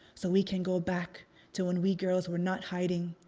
so we can go back to when we girls were not hiding,